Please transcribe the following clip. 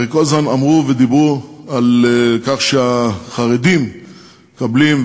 כל הזמן אמרו ודיברו על כך שהחרדים מקבלים,